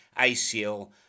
ACL